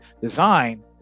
design